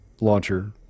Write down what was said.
launcher